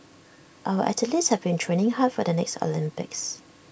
our athletes have been training hard for the next Olympics